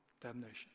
damnation